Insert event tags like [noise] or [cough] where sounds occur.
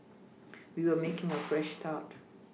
we were making a fresh start [noise]